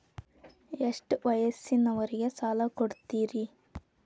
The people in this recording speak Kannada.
ಎಷ್ಟ ವಯಸ್ಸಿನವರಿಗೆ ಸಾಲ ಕೊಡ್ತಿರಿ?